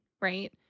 right